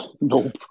Nope